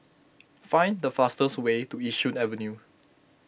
find the fastest way to Yishun Avenue